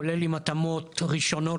כולל עם התאמות ראשונות,